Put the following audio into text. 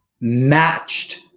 matched